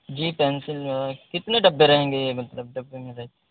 جی pencil میں کتنے ڈبے رہیں گے یہ اگر ڈبے میں رہے